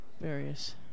Various